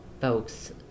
folks